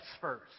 first